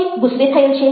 કોઈ ગુસ્સે થયેલ છે